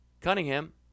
Cunningham